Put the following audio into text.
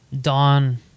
Dawn